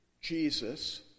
Jesus